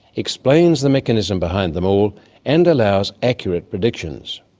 explains the mechanism behind them all and allows accurate predictions.